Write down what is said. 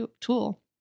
tool